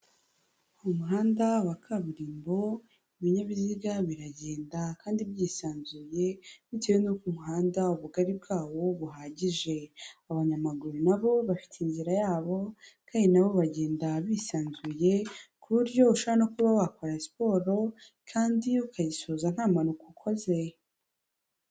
Umuhanda wa kaburimbo, ibinyabiziga biragenda kandi byisanzuye bitewe n'uko umuhanda ubugari bwawo buhagije, abanyamaguru nabo bafite inzira yabo kandi nabo bagenda bisanzuye ku buryo ushaka no kuba wakora siporo kandi ukayisoza nta mpanuka ukoze.